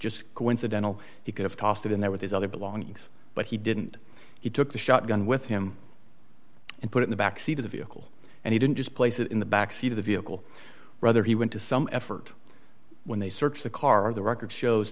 just coincidental he could have tossed it in there with his other belongings but he didn't he took the shotgun with him and put in the backseat of the vehicle and he didn't just place it in the backseat of the vehicle rather he went to some effort when they searched the car the record shows